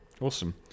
Awesome